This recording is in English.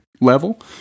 level